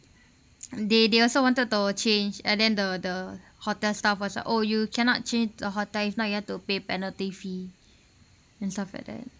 they they also wanted to change and then the the hotel staff was like oh you cannot change the hotel if not you have to pay penalty fee and stuff like that